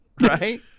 Right